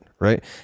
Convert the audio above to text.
right